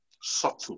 subtle